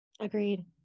Agreed